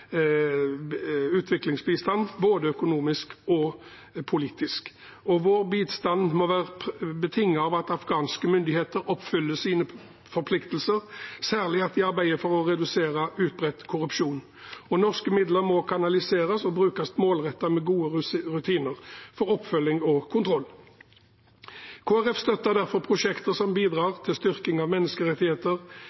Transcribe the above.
utviklingsbistand både økonomisk og politisk. Vår bistand må være betinget av at afghanske myndigheter oppfyller sine forpliktelser, særlig at de arbeider for å redusere utbredt korrupsjon. Norske midler må kanaliseres og brukes målrettet med gode rutiner for oppfølging og kontroll. Kristelig Folkeparti støtter derfor prosjekter som bidrar